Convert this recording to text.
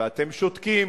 ואתם שותקים,